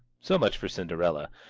so much for cinderella.